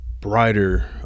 brighter –